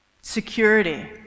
Security